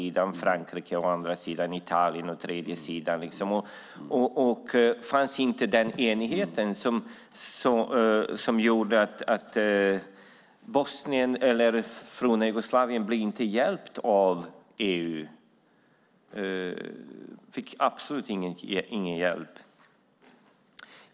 Tyskland, Frankrike och Italien fanns runt omkring, men det fanns inte den enighet som hade behövts för att forna Jugoslavien skulle ha blivit hjälpt av EU. De fick absolut ingen hjälp.